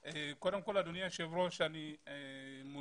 אדוני היושב ראש, אני מודה לך.